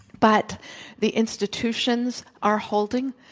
but the institutions are holding.